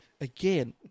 again